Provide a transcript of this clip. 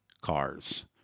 cars